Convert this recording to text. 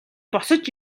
босож